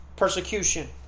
persecution